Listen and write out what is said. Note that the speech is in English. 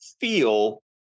feel